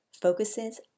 focuses